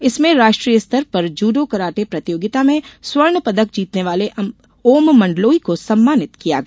इसमें राष्ट्रीय स्तर पर जूडो कराटे प्रतियोगिता में स्वर्ण पदक जीतने वाले ओम मंडलोई को सम्मानित किया गया